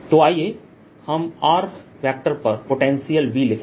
तो आइए हम r वेक्टर पर पोटेंशियल V लिखें